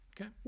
okay